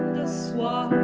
to swap